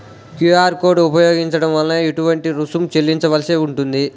QR code ఉపయోగించటం వలన ఏటువంటి రుసుం చెల్లించవలసి ఉంటుంది?